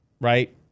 right